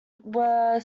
were